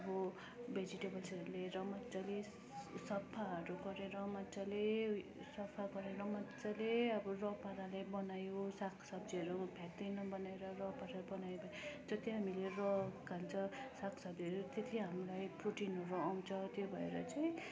अब भेजिटेबल्स लिएर मजाले सफाहरू गरेर मजाले सफा गरेर मजाले अब र पाराले बनायो सागसब्जीहरू फ्यात्तै नबनाएर र पाराले बनायो जति हामीले र खान्छ सागसब्जीहरू त्यति हामीलाई प्रोटिनहरू आउँछ त्यही भएर